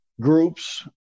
groups